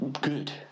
good